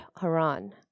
Haran